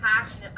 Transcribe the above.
passionate